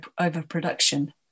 overproduction